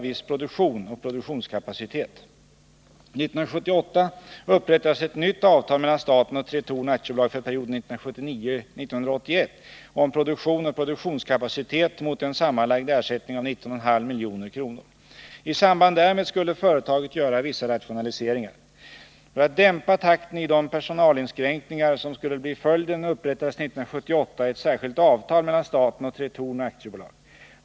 sysselsättningen 1978 upprättades ett nytt avtal mellan staten och Tretorn AB för perioden för anställda vid 1979-1981 om produktion och produktionskapacitet mot en sammanlagd = Tretorn AB ersättning av 19,5 milj.kr. I samband därmed skulle företaget göra vissa rationaliseringar. För att dämpa takten i de personalinskränkningar som skulle bli följden upprättades 1978 ett särskilt avtal mellan staten och Tretorn AB.